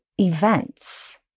events